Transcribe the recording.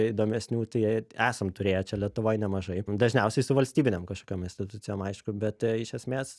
įdomesnių tai esam turėję čia lietuvoj nemažai dažniausiai su valstybinėm kažkokiom institucijom aišku bet iš esmės